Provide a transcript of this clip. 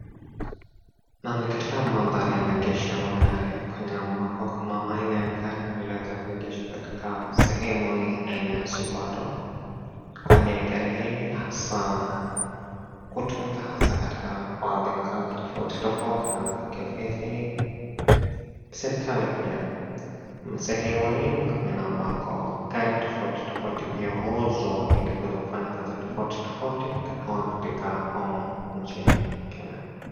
Naam, ni katika madhari ya maengesho ya magari kwenye ni ambako kuna haina ya gari linaloweza kuengeshwa katika sehemu hii haina ya Subaru, kwani gari hili hasa hutumika hasa katika baadhi ya kazi tofauti tofauti za kiofisi, serikali pia. Sehemu hii ni kwenye na ambako gari tofauti tofauti pia huuzwa hili kuweza kufanya kazi tofauti zinazoadhirika mnano humu nchini kenya.